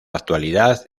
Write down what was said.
actualidad